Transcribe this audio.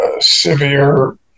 severe